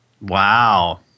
Wow